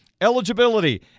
eligibility